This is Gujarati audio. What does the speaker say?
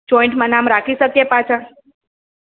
જોઈન્ટમાં નામ રાખી શકીએ પાછા